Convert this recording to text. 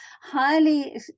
highly